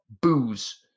booze